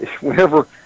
whenever